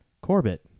Corbett